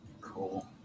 Cool